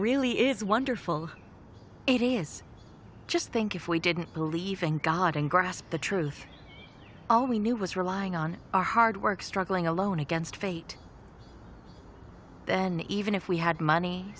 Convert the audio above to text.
really is wonderful it is just think if we didn't believe in god and grasp the truth all we knew was relying on our hard work struggling alone against fate then even if we had money